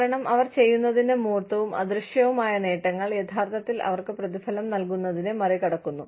കാരണം അവർ ചെയ്യുന്നതിന്റെ മൂർത്തവും അദൃശ്യവുമായ നേട്ടങ്ങൾ യഥാർത്ഥത്തിൽ അവർക്ക് പ്രതിഫലം നൽകുന്നതിനെ മറികടക്കുന്നു